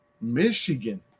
Michigan